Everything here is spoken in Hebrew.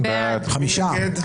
מי נגד?